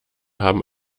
haben